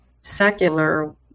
secular